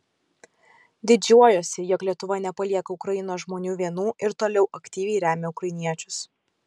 didžiuojuosi jog lietuva nepalieka ukrainos žmonių vienų ir toliau aktyviai remia ukrainiečius